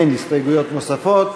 אין הסתייגויות נוספות,